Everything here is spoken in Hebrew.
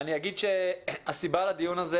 אני אגיד שהסיבה לדיון הזה